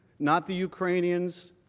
not the ukrainians.